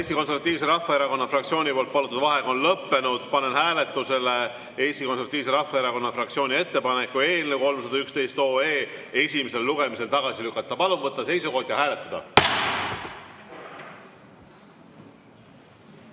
Eesti Konservatiivse Rahvaerakonna fraktsiooni palutud vaheaeg on lõppenud. Panen hääletusele Eesti Konservatiivse Rahvaerakonna fraktsiooni ettepaneku eelnõu 311 esimesel lugemisel tagasi lükata. Palun võtta seisukoht ja hääletada!